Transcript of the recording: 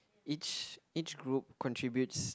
each each group contributes